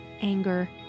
anger